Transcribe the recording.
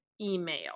email